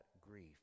grief